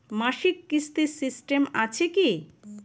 মাসিক কিস্তির সিস্টেম আছে কি?